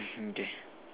hmm okay